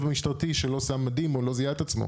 המשטרתי שלא שם מדים או לא זיהה את עצמו.